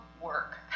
work